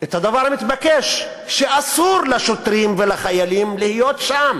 את הדבר המתבקש, שאסור לשוטרים ולחיילים להיות שם,